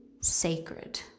sacred